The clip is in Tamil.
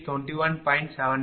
7955 j39